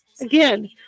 Again